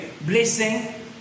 blessing